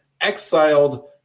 exiled